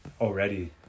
already